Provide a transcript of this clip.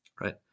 right